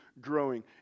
growing